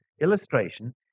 illustration